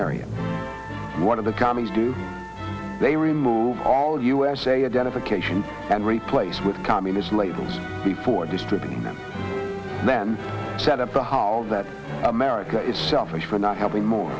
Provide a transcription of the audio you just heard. area one of the commies do they remove all usa identification and replace with communist labels before distributing them then set up the hall that america is selfish for not helping more